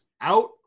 out